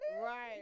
Right